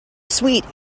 sweet